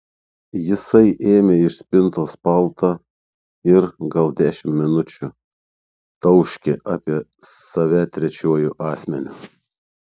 jisai ėmė iš spintos paltą ir gal dešimt minučių tauškė apie save trečiuoju asmeniu